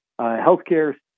Healthcare